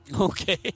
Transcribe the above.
Okay